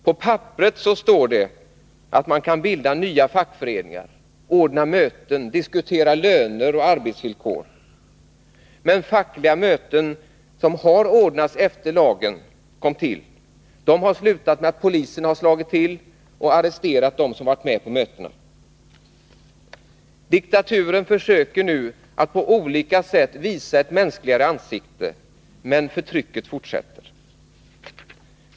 På papperet står det att man kan få bilda nya fackföreningar, ordna möten och diskutera löner och arbetsvillkor, men de fackliga möten som har hållits sedan lagen kom till har slutat med att polisen har slagit till och arresterat dem som varit med på mötena. Diktaturen försöker alltså nu att på olika sätt visa ett mänskligare ansikte, men förtrycket fortsätter.